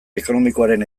ekonomikoaren